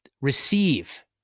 receive